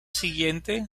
siguiente